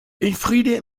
elfriede